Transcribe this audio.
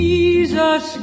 Jesus